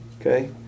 okay